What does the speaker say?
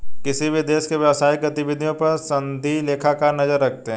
किसी भी देश की व्यवसायिक गतिविधियों पर सनदी लेखाकार नजर रखते हैं